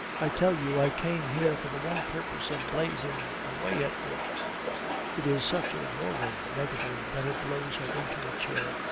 i tell you i came here for the one purpose of blazing away at you it is such a roaring negative that it blows her into a chair.